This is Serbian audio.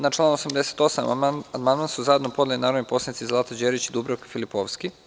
Na član 88. amandman su zajedno podnele narodne poslanice Zlata Đerić i Dubravka Filipovski.